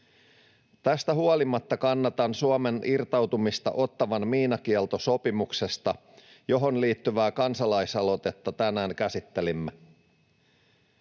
Tästä huolimatta kannatan Suomen irtautumista Ottawan miinakieltosopimuksesta, johon liittyvää kansalaisaloitetta tänään käsittelimme.